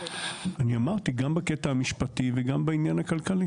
אני אמרתי, גם בקטע המשפטי וגם בעניין הכלכלי.